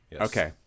okay